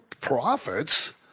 profits